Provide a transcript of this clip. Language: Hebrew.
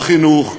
בחינוך,